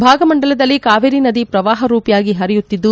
ಭಾಗಮಂಡಲದಲ್ಲಿ ಕಾವೇರಿ ನದಿ ಪ್ರವಾಹ ರೂಪಿಯಾಗಿ ಪರಿಯುತ್ತಿದ್ದು